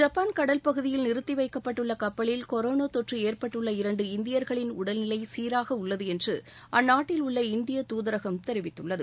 Japan கடல்பகுதியில் நிறுத்தி வைக்கப்பட்டுள்ள கப்பலில் கொரேனா தொற்று ஏற்பட்டுள்ள இரண்டு இந்தியர்களின் உடல்நிலை சீராக உள்ளது என்று அஅந்நாட்டில் உள்ள இந்திய துதரகம் தெரிவித்துள்ளது